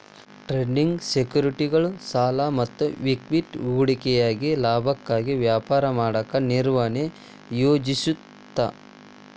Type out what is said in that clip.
trading ಸೆಕ್ಯುರಿಟಿಗಳ ಸಾಲ ಮತ್ತ ಇಕ್ವಿಟಿ ಹೂಡಿಕೆಯಾಗಿದ್ದ ಲಾಭಕ್ಕಾಗಿ ವ್ಯಾಪಾರ ಮಾಡಕ ನಿರ್ವಹಣೆ ಯೋಜಿಸುತ್ತ